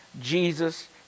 Jesus